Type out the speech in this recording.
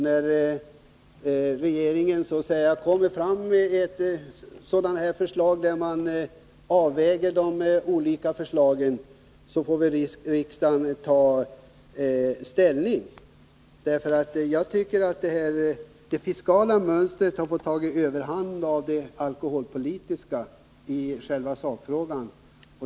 När regeringen kommer med de olika förslagen, får väl riksdagen ta ställning. Jag tycker att det fiskala intresset har fått betyda mer än det alkoholpolitiska i själva sakfrågan.